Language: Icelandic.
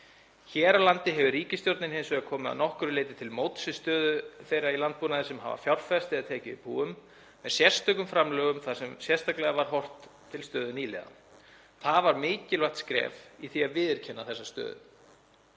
Hér á landi hefur ríkisstjórnin hins vegar komið að nokkru leyti til móts við stöðu þeirra í landbúnaði sem hafa fjárfest eða tekið við búum með sérstökum framlögum þar sem sérstaklega var horft til stöðu nýliða. Það var mikilvægt skref í því að viðurkenna þessa stöðu.